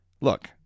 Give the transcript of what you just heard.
Look